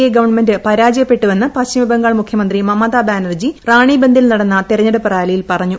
A government പരാജയപ്പെട്ടുവെന്ന് പശ്ചിമബംഗാൾ മുഖ്യമന്ത്രി മമതാ ബാനർജി റാണിബന്ദിൽ നടന്ന തെരഞ്ഞെടുപ്പ് റാലിയിൽ പറഞ്ഞു